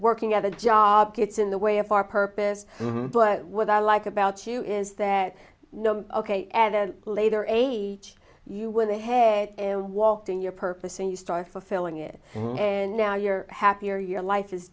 working at a job gets in the way of our purpose but what i like about you is that ok and then later age you went ahead and walked in your purpose and you started fulfilling it and now you're happier your life